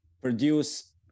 produce